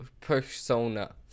persona